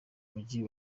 mujyi